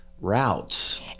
routes